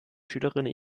schülerinnen